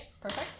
perfect